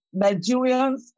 Nigerians